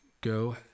go